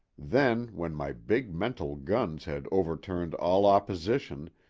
then, when my big mental guns had overturned all opposition,